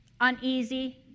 uneasy